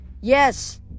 Yes